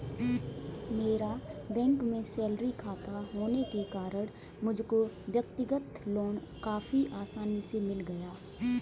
मेरा बैंक में सैलरी खाता होने के कारण मुझको व्यक्तिगत लोन काफी आसानी से मिल गया